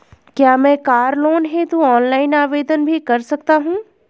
क्या मैं car loan हेतु ऑनलाइन आवेदन भी कर सकता हूँ?